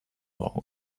all